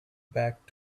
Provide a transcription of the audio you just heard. back